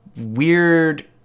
weird